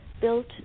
built